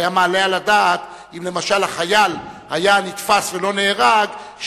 אם למשל החייל היה נתפס ולא נהרג,